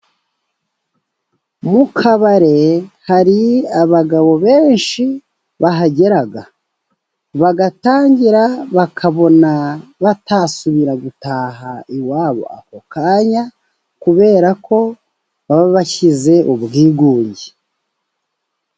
Mu kabari hari abagabo benshi bahagera, bagatangira bakabona batasubira gutaha iwabo ako kanya, kubera ko baba bashize ubwigunge.